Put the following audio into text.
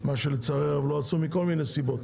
מה שלצערי הרב לא עשו, מכל מיני סיבות.